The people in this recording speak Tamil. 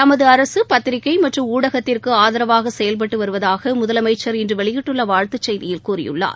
தமது அரசு பத்திரிகை மற்றும் ஊடகத்திற்கு ஆதரவாக செயல்பட்டு வருவதாக முதலமைச்சா் இன்று வெளியிட்டுள்ள வாழ்த்துச் செய்தியில் கூறியுள்ளார்